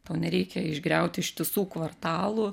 tau nereikia išgriauti ištisų kvartalų